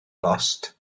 bost